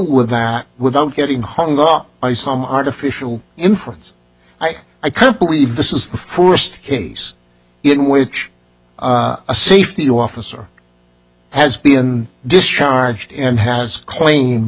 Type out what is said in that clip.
with that without getting hung up by some artificial inference i can't believe this is the first case in which a safety officer has been discharged and has